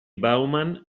bowman